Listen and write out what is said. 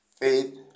Faith